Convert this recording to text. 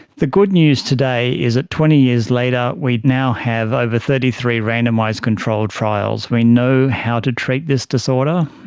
the good news today is that twenty years later we now have over thirty three randomised controlled trials. we know how to treat this disorder,